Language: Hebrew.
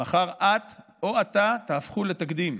מחר את או אתה תהפכו לתקדים.